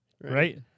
right